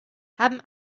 haben